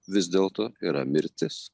vis dėlto yra mirtis